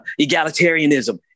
Egalitarianism